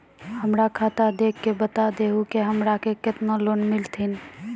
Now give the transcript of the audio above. हमरा खाता देख के बता देहु के हमरा के केतना लोन मिलथिन?